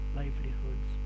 livelihoods